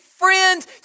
Friends